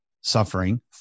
suffering